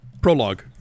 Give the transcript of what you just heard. Prologue